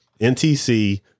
NTC